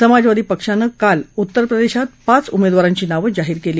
समाजवादी पक्षानं काल उत्तस्प्रदेशात पाच उमेदवारांची नावं जाहीर केली